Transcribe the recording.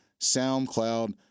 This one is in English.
soundcloud